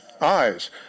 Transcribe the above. eyes